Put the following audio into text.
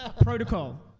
Protocol